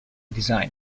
design